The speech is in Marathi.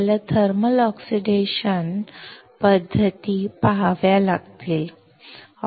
आपल्याला थर्मल ऑक्सिडेशन पद्धती पहाव्या लागतील